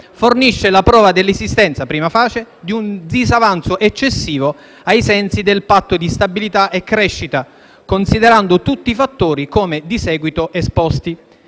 fornisce la prova dell'esistenza *prima facie* di un disavanzo eccessivo ai sensi del patto di stabilità e crescita, considerando tutti i fattori come di seguito esposti.